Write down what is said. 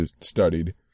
studied